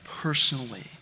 Personally